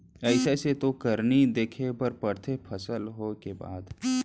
अइसे अइसे तो करनी देखे बर परथे फसल होय के बाद